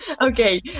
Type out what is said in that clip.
Okay